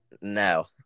No